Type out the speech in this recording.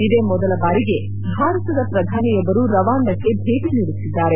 ಇದೇ ಮೊದಲ ಬಾರಿಗೆ ಭಾರತದ ಪ್ರಧಾನಿಯೊಬ್ಬರು ರವಾಂಡಕ್ಕೆ ಭೇಟಿ ನೀಡುತ್ತಿದ್ದಾರೆ